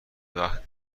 وقت